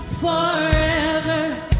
forever